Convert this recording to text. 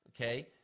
okay